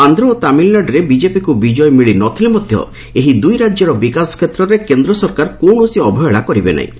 ଆନ୍ଧ୍ର ଓ ତାମିଲନାଡୁରେ ବିକେପିକୁ ବିଜୟ ମିଳି ନ ଥିଲେ ମଧ୍ୟ ଏହି ଦୁଇ ରାଜ୍ୟର ବିକାଶ କ୍ଷେତ୍ରରେ କେନ୍ଦ୍ର ସରକାର କୌଣସି ଅବହେଳା କରିବେ ନାହିଁ